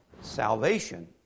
salvation